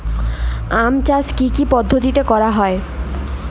আম চাষ কি কি পদ্ধতিতে করা হয়?